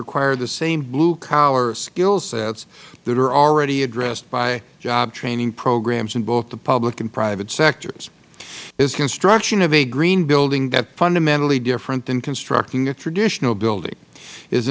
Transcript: require the same blue collar skill sets that are already addressed by job training programs in both the public and private sectors is construction of a green building that fundamentally different than constructing a traditional building is